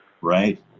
Right